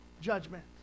judgment